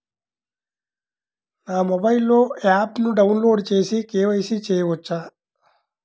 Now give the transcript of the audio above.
నా మొబైల్లో ఆప్ను డౌన్లోడ్ చేసి కే.వై.సి చేయచ్చా?